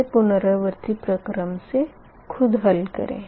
इसे पुनरावर्ती प्रक्रम से खुद हल करें